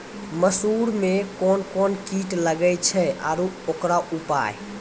मसूर मे कोन कोन कीट लागेय छैय आरु उकरो उपाय?